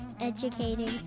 educating